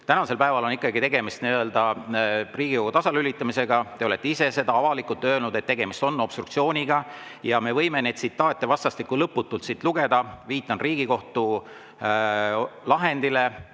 Tänasel päeval on tegemist Riigikogu tasalülitamisega. Te olete ise avalikult öelnud, et tegemist on obstruktsiooniga. Me võime neid tsitaate vastastikku lõputult ette lugeda. Viitan Riigikohtu lahendile